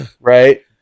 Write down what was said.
right